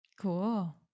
cool